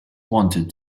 wanted